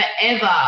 forever